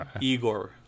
Igor